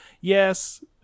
yes